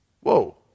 Whoa